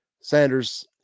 Sanders